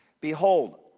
Behold